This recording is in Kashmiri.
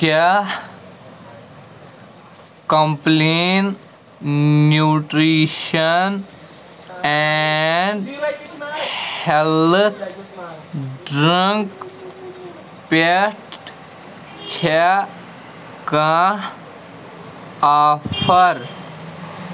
کیٛاہ Complan nutrition and health drink پٮ۪ٹھ چھےٚ کانٛہہ آفر